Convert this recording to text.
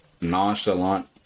nonchalant